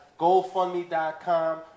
gofundme.com